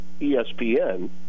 ESPN